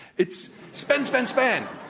it's spend, spend, spend.